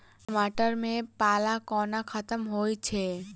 टमाटर मे पाला कोना खत्म होइ छै?